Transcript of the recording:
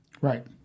Right